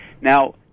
now